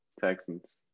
Texans